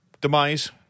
demise